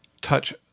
touch